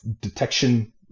detection